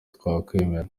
twemera